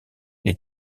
les